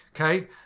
Okay